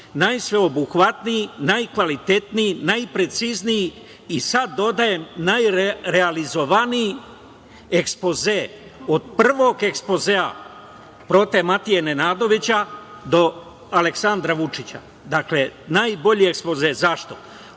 najsveobuhvatniji, najkvalitetniji, najprecizniji i sad dodajem najrealizovaniji ekspoze od prvog ekspozea Prote Mateje Nenadovića do Aleksandra Vučića. Dakle, najbolji ekspoze. Zašto?